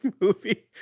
movie